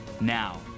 now